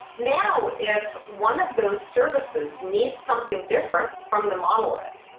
now, if one of those services needs something different from the monolith,